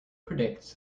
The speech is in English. predicts